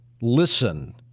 listen